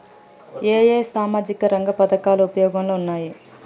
ఏ ఏ సామాజిక రంగ పథకాలు ఉపయోగంలో ఉన్నాయి?